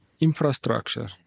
infrastructure